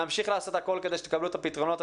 נמשיך לעשות הכול כדי שתקבלו את הפתרונות.